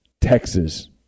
Texas